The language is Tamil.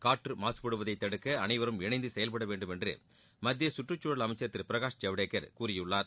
காற்று மாசுபடுவதை தடுக்க அனைவரும் இணைந்து செயல்படவேண்டும் என்று மத்திய சுற்றுச்சூழல் அமைச்சர் திரு பிரகாஷ் ஜவ்டேகர் கூறியுள்ளார்